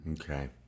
Okay